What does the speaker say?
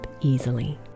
easily